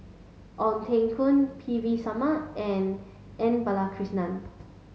Ong Teng Koon P V Sharma and M Balakrishnan